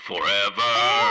Forever